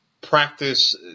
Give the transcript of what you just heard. practice